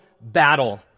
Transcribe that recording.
battle